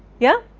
yeah?